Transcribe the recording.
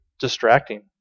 distracting